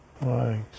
right